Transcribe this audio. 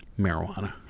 marijuana